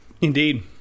Indeed